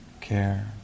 care